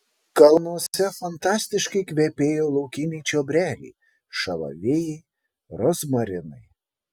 kalnuose fantastiškai kvepėjo laukiniai čiobreliai šalavijai rozmarinai